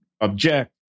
object